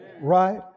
right